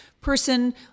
person